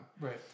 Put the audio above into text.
Right